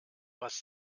was